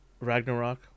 Ragnarok